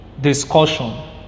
discussion